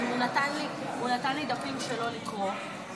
הוא נתן לי דפים שלו לקרוא,